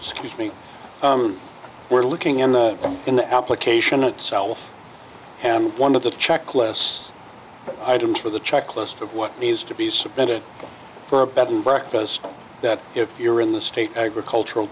excuse me we're looking in the in the application itself one of the checklists items with a checklist of what needs to be submitted for a bed and breakfast that if you're in the state agricultural